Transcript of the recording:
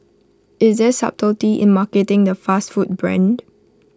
is there subtlety in marketing the fast food brand